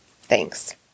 Thanks